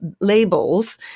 labels